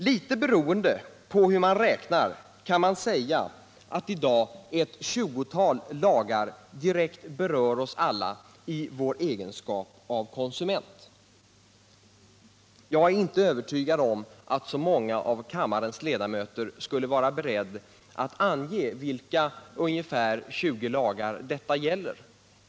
Litet beroende på hur man räknar kan man säga att i dag ett 20-tal lagar direkt berör oss alla i vår egenskap av konsumenter. Jag är inte övertygad om att så många av kammarens ledamöter skulle vara beredda att ange ungefär vilka 20 lagar detta gäller.